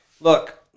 look